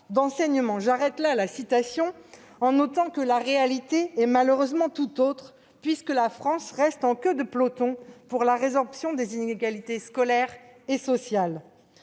J'interromps la citation en observant que la réalité est malheureusement tout autre, puisque la France reste en queue de peloton en termes de résorption des inégalités scolaires et sociales.